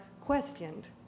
questioned